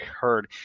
heard